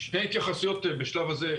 שתי התייחסויות בשלב הזה.